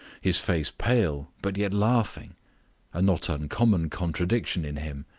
his face pale but yet laughing a not uncommon contradiction in him,